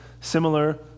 similar